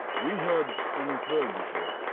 we had an affair before.